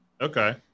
Okay